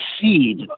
seed